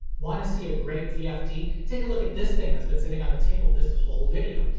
wanna see a great vfd? take a look at this thing that's been sitting on the table this whole video!